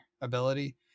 ability